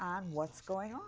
on what's going on